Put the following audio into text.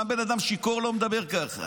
גם בן אדם שיכור לא מדבר ככה.